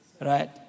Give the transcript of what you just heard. Right